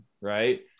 right